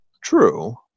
true